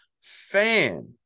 fan